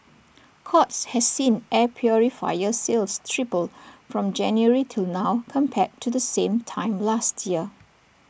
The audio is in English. courts has seen air purifier sales triple from January till now compared to the same time last year